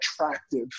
attractive